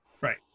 Right